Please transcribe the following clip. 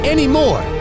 anymore